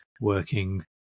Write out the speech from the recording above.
working